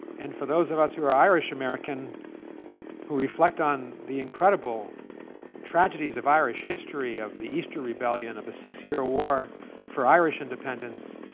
and for those of us who are irish-american who reflect on the incredible tragedies of irish history, of the easter rebellion, of a six year ah war for irish independence,